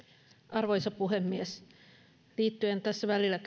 arvoisa puhemies liittyen tässä välillä